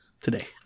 today